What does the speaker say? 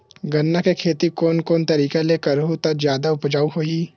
गन्ना के खेती कोन कोन तरीका ले करहु त जादा उपजाऊ होही?